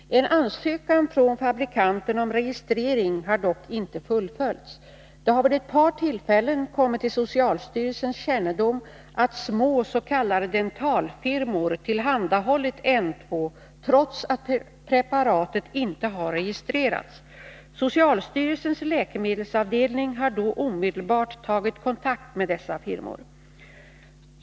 En ansökan från fabrikanten om registrering har dock inte fullföljts. Det har vid ett par tillfällen kommit till socialstyrelsens kännedom att små s.k. dentalfirmor tillhandahållit N-2, trots att preparatet inte har registrerats. Socialstyrelsens läkemedelsavdelning har då omedelbart tagit kontakt med dessa firmor.